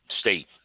state